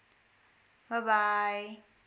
bye bye